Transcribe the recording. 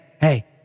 hey